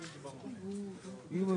לנו.